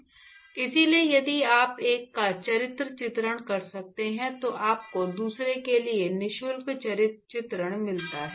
इसलिए यदि आप एक का चरित्र चित्रण कर सकते हैं तो आपको दूसरे के लिए निशुल्क चरित्र चित्रण मिलता है